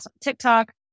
TikTok